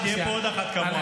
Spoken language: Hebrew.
שתהיה פה עוד אחת כמוה,